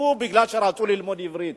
ישבו בגלל שרצו ללמוד עברית,